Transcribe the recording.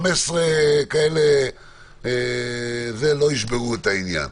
15 כאלה לא ישברו את העניין.